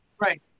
Right